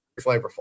flavorful